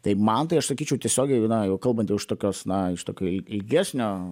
tai man tai aš sakyčiau tiesiogiai na jau kalbant jau iš tokio il ilgesnio